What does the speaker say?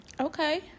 Okay